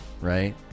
right